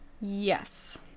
Yes